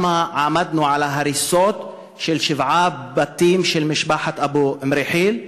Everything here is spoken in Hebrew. עמדנו שם על ההריסות של שבעה בתים של משפחת אבו מרחיל,